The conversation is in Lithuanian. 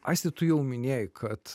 aisti tu jau minėjai kad